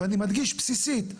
ואני מדגיש בסיסית.